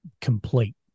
complete